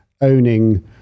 owning